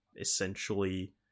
essentially